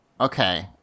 Okay